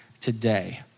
today